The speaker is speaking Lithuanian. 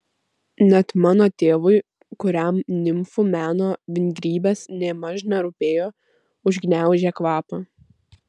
net mano tėvui kuriam nimfų meno vingrybės nėmaž nerūpėjo užgniaužė kvapą